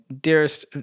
dearest